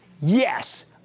Yes